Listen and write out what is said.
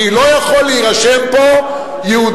כי לא יכול להירשם פה כיהודי,